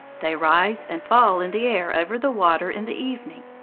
they rise and fall in the air over the water in the evening.